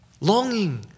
longing